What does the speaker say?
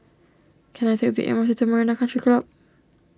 can I take the M R T to Marina Country Club